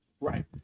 Right